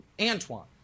Antoine